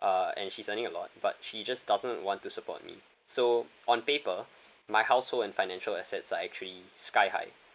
uh and she's earning a lot but she just doesn't want to support me so on paper my household and financial assets are actually sky high